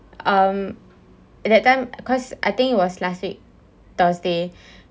um at that time because I think it was last week thursday